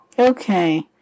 Okay